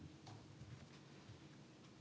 Tack!